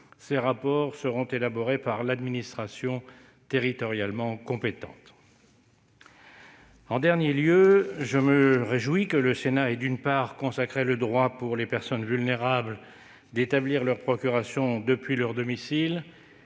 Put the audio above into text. ces rapports seront élaborés par l'administration territorialement compétente. En dernier lieu, je me réjouis que le Sénat ait consacré le droit pour les personnes vulnérables d'établir leur procuration depuis leur domicile